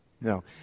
No